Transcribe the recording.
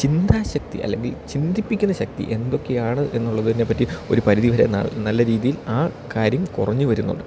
ചിന്താശക്തി അല്ലെങ്കിൽ ചിന്തിപ്പിക്കുന്ന ശക്തി എന്തൊക്കെയാണ് എന്നുള്ളതിനെപ്പറ്റി ഒരു പരിധിവരെ നല്ല രീതിയിൽ ആ കാര്യം കുറഞ്ഞ് വരുന്നുണ്ട്